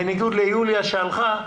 בניגוד ליוליה שהלכה,